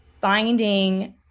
finding